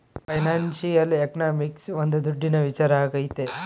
financial economics ಒಂದ್ ದುಡ್ಡಿನ ವಿಚಾರ ಆಗೈತೆ